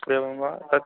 एवं वा तत्